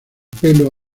pelo